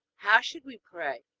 how should we pray?